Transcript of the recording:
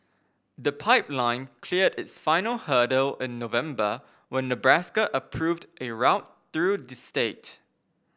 the pipeline cleared its final hurdle in November when Nebraska approved a route through the state